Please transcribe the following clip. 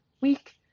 week